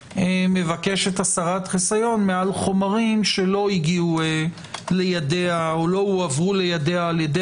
מבקשת הסרת חיסיון מעל חומרים שלא הגיעו לידיה או לא הועברו לידיה מידי